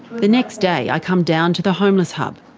the next day i come down to the homeless hub.